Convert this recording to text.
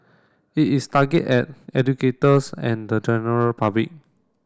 it is target at educators and the general public